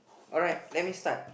alright let me start